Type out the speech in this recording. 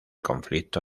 conflicto